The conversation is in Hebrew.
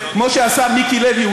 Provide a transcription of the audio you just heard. כמו שעשה מיקי לוי,